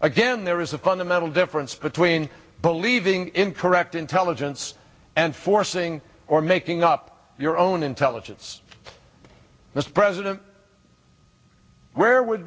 again there is a fundamental difference between believing incorrect intelligence and forcing or making up your own intelligence for this president where w